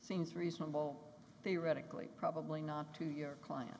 seems reasonable they radically probably not to your client